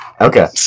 Okay